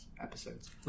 episodes